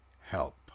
help